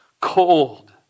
cold